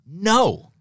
no